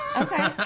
Okay